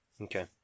Okay